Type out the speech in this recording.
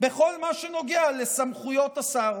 בכל מה שנוגע לסמכויות השר.